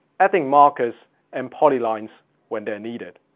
adding markers and polylines when they're needed.